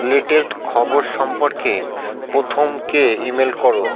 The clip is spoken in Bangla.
লেটেস্ট খবর সম্পর্কে প্রথমকে ইমেল করো